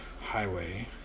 highway